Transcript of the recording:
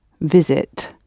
visit